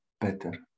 better